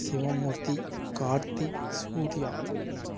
Sivamoorthy Karthik Surya